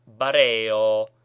bareo